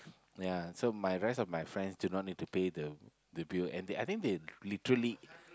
ya so my rest of my friends did not need to pay the the bill and I think they literally